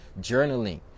journaling